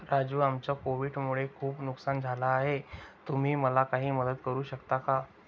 राजू आमचं कोविड मुळे खूप नुकसान झालं आहे तुम्ही मला काही मदत करू शकता का?